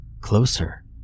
closer